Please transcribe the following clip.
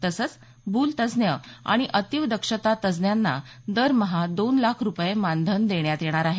तसंच भूलतज्ज्ञ आणि अतीव दक्षता तज्ज्ञांना दरमहा दोन लाख रुपये मानधन देण्यात येणार आहे